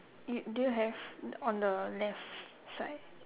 you do you have on the left side